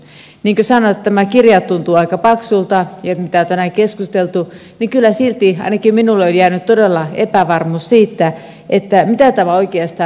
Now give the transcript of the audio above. niin kuin sanoin tämä kirja tuntuu aika paksulta ja mitä tänään on keskusteltu niin kyllä silti ainakin minulle on jäänyt todella epävarmuus siitä mitä tämä oikeastaan tarkoittaa